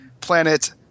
planet